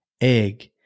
egg